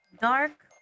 dark